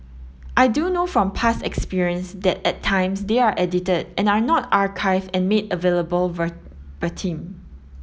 I do know from past experience that at times they are edited and are not archived and made available verbatim